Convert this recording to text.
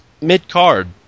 mid-card